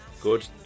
Good